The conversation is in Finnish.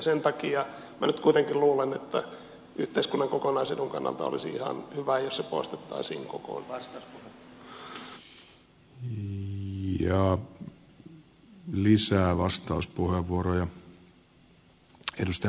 sen takia minä nyt kuitenkin luulen että yhteiskunnan kokonaisedun kannalta olisi ihan hyvä jos se poistettaisiin kokonaan